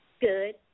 good